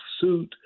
suit